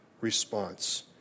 response